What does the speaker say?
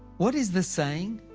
what is the saying?